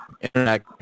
Internet